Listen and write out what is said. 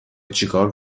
چیکار